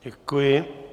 Děkuji.